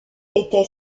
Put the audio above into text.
était